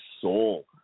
soul